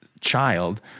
child